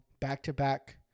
back-to-back